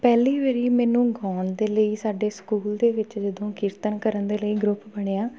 ਪਹਿਲੀ ਵਾਰ ਮੈਨੂੰ ਗਾਉਣ ਦੇ ਲਈ ਸਾਡੇ ਸਕੂਲ ਦੇ ਵਿੱਚ ਜਦੋਂ ਕੀਰਤਨ ਕਰਨ ਦੇ ਲਈ ਗਰੁੱਪ ਬਣਿਆ